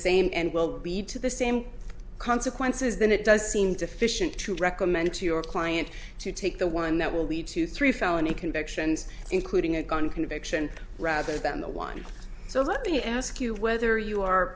same and will be made to the same consequences then it does seem deficient to recommend to your client to take the one that will lead to three felony convictions including a gun conviction rather than the one so let me ask you whether you are